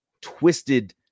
twisted